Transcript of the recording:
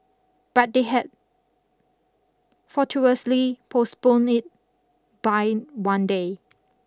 but they had fortuitously postponed it by one day